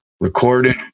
recorded